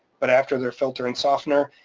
but after their filter and softener,